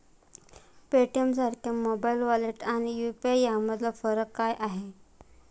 पेटीएमसारख्या mobile wallet आणि UPI यामधला फरक काय आहे?